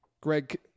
Greg